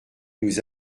nous